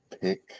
pick